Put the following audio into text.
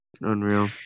Unreal